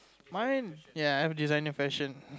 mine ya I'm a designer fashion